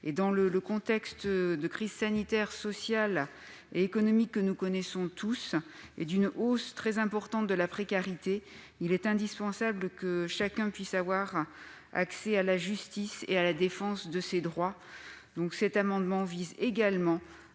Or, dans le contexte de crise sanitaire, sociale et économique que nous connaissons et d'une hausse très importante de la précarité, il est indispensable que chacun puisse avoir accès à la justice et défendre ses droits. Cet amendement vise donc également